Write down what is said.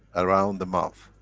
around the mouth,